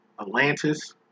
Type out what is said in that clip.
Atlantis